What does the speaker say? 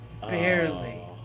barely